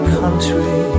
country